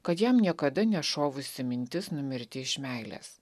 kad jam niekada ne šovusi mintis numirti iš meilės